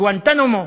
גואנטנמו?